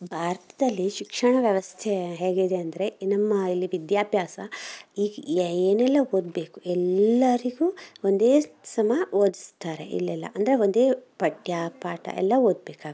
ಭಾರತದಲ್ಲಿ ಶಿಕ್ಷಣ ವ್ಯವಸ್ಥೆ ಹೇಗಿದೆ ಅಂದರೆ ಈ ನಮ್ಮ ಇಲ್ಲಿ ವಿದ್ಯಾಭ್ಯಾಸ ಈಗ ಏನೆಲ್ಲಾ ಓದಬೇಕು ಎಲ್ಲರಿಗೂ ಒಂದೇ ಸಮ ಓದಿಸ್ತಾರೆ ಇಲ್ಲೆಲ್ಲ ಅಂದರೆ ಒಂದೇ ಪಠ್ಯ ಪಾಠ ಎಲ್ಲ ಓದಬೇಕಾಗತ್